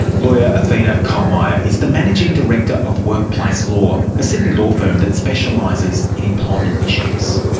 lawyer athena koelmeyer is the managing director of workplace law, a sydney law firm that specialises in employment issues.